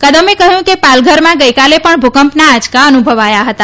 કદમે કહ્યું કે પાલઘરમાં ગઈકાલે પણ ભૂકંપના આંચકા અનુભવાયા હતા